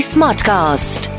Smartcast